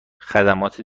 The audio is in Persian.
خدمات